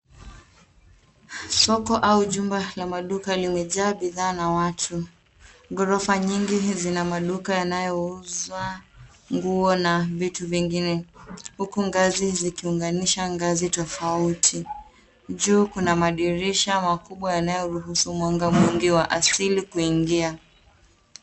Soko au jumba la maduka limejaa bidhaa na watu. Ghorofa nyingi zina maduka yanayouza nguo na vitu vingine huku ngazi zikiunganisha ngazi tofauti. Juu kuna madirisha makubwa yanayoruhusu mwanga mwingi wa asili kuingia.